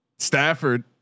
Stafford